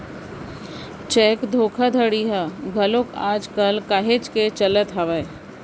cheque धोखाघड़ी ह घलोक आज कल काहेच के चलत हावय